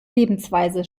lebensweise